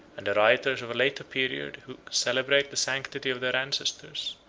and the writers of a later period who celebrate the sanctity of their ancestors,